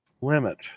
limit